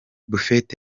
buffett